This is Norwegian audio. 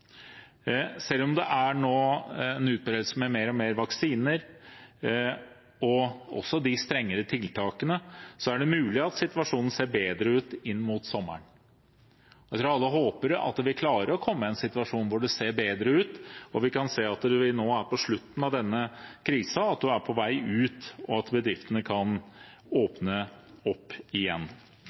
Selv om det nå er en utbredelse med mer og mer vaksiner og vi har strengere tiltak, er det mulig at situasjonen ser bedre ut mot sommeren. Jeg tror alle håper at vi vil klare å komme i en situasjon der det ser bedre ut, og der vi kan se at vi nå er på slutten av denne krisen, på vei ut, og at bedriftene kan åpne opp igjen.